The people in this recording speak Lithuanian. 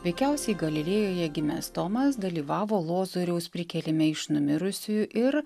veikiausiai galilėjoje gimęs tomas dalyvavo lozoriaus prikėlime iš numirusiųjų ir